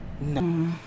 No